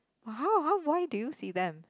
[wah] how how why do you see them